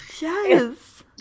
Yes